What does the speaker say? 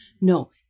No